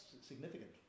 significant